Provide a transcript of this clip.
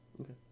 okay